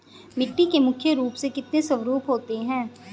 मिट्टी के मुख्य रूप से कितने स्वरूप होते हैं?